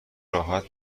راحت